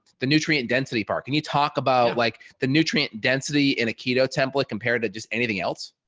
the nutrient density part. can you talk about, like the nutrient density in a keto template compared to just anything else?